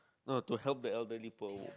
no to help the elderly poor